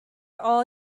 all